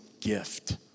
gift